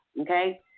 okay